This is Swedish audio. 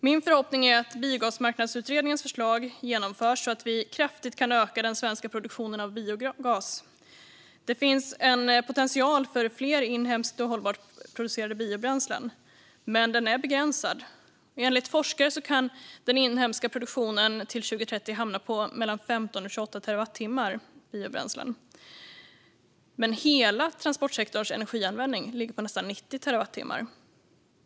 Min förhoppning är att Biogasmarknadsutredningens förslag genomförs så att vi kraftigt kan öka den svenska produktionen av biogas. Det finns en potential för fler inhemskt och hållbart producerade biobränslen, men den är begränsad. Enligt forskare kan den inhemska produktionen av biobränslen hamna på motsvarande mellan 15 och 28 terawattimmar till 2030, men hela transportsektorns energianvändning ligger på motsvarande nästan 90 terawatttimmar.